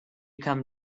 come